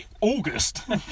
August